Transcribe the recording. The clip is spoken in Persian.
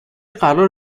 قرار